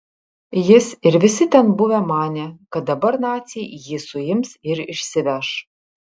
jis ir visi ten buvę manė kad dabar naciai jį suims ir išsiveš